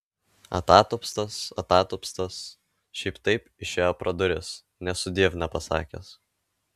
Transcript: atatupstas atatupstas šiaip taip išėjo pro duris nė sudiev nepasakęs